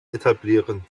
etablieren